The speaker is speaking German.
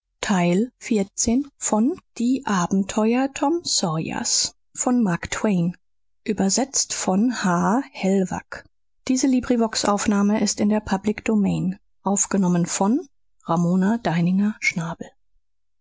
die abenteuer tom sawyers